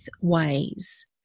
ways